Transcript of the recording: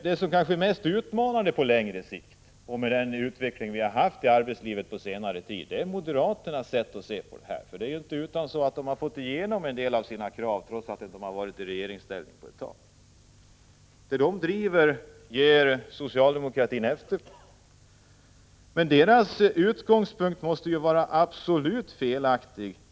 Det som kanske är mest utmanande på längre sikt är moderaternas sätt att se på den här frågan. Med den utveckling vi har haft inom arbetslivet på senare tid har moderaterna fått igenom en del av sina krav, trots att de inte har varit i regeringsställning på ett tag. Socialdemokraterna ger efter för det som moderaterna driver. Men moderaternas utgångspunkt måste ju vara absolut felaktig.